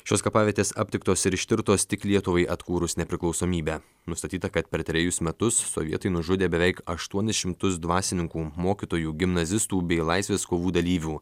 šios kapavietės aptiktos ir ištirtos tik lietuvai atkūrus nepriklausomybę nustatyta kad per trejus metus sovietai nužudė beveik aštuonis šimtus dvasininkų mokytojų gimnazistų bei laisvės kovų dalyvių